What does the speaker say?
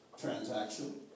transaction